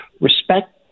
respect